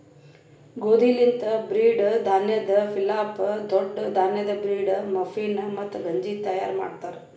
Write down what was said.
ಗೋದಿ ಲಿಂತ್ ಬ್ರೀಡ್, ಧಾನ್ಯದ್ ಪಿಲಾಫ್, ದೊಡ್ಡ ಧಾನ್ಯದ್ ಬ್ರೀಡ್, ಮಫಿನ್, ಮತ್ತ ಗಂಜಿ ತೈಯಾರ್ ಮಾಡ್ತಾರ್